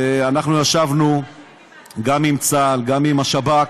אנחנו ישבנו גם עם צה"ל, גם עם השב"כ,